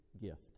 gift